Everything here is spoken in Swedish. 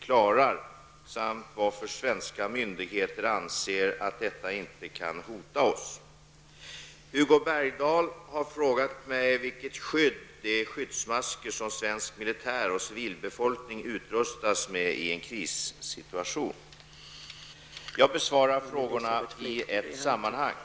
Jag vill fråga försvarsminister Roine Carlsson i vilka avseenden Israel underkänner de svenska skyddsmaskerna och vad det är i den israeliska hotbilden som de svenska skyddsmaskerna inte klarar samt varför svenska myndigheter anser att detta inte kan hota oss.